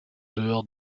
dehors